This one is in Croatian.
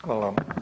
Hvala.